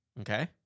Okay